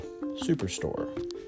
Superstore